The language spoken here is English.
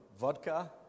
vodka